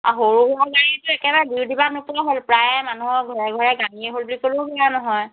আৰু সৰু সুৰা গাড়ীতো একেবাৰে বিৰ দি বাট নোপোৱা নোপোৱা হ'ল প্ৰায় মানুহৰ ঘৰে ঘৰে গাড়ী হ'ল বুলি ক'লেও মিছা নহয়